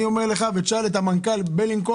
אני אומר לך ותשאל את המנכ"ל בלינקוב,